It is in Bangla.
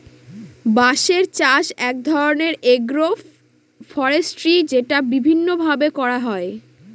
বাঁশের চাষ এক ধরনের এগ্রো ফরেষ্ট্রী যেটা বিভিন্ন ভাবে করা হয়